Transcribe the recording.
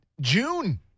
June